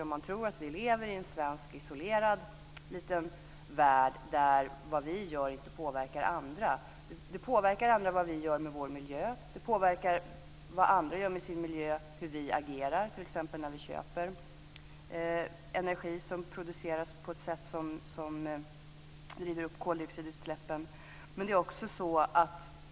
Tror man att man lever i en svensk isolerad värld där vad vi gör inte påverkar andra? Vad vi gör med vår miljö påverkar andra. Hur vi agerar påverkar vad andra gör med sin miljö, t.ex. när vi köper energi som produceras på ett sätt som driver upp koldioxidutsläppen.